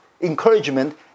encouragement